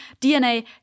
DNA